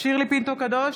שירלי פינטו קדוש,